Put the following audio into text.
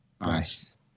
Nice